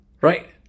right